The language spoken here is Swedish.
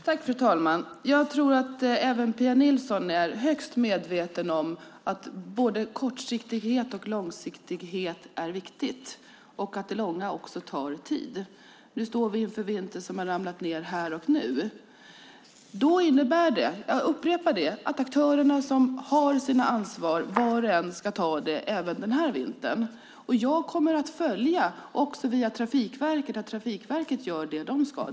Fru talman! Jag tror att även Pia Nilsson är högst medveten om att både kortsiktighet och långsiktighet är viktigt och att det långa också tar tid. Nu står vi inför vintern, och snön har fallit här. Det innebär - jag upprepar det - att de aktörer som har sitt ansvar, var de än är, ska ta det även den här vintern. Jag kommer att följa, också via Trafikverket, att Trafikverket gör det de ska.